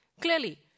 Clearly